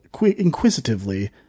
inquisitively